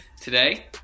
Today